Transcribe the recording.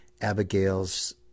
Abigail's